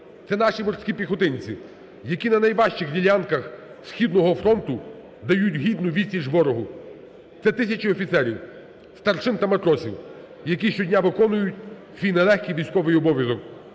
це наші морські піхотинці, які на найважчих ділянках східного фронту дають гідну відсіч ворогу, це тисячі офіцерів, старшин та матросів, які щодня виконують свій нелегкий військовий обов'язок,